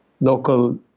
local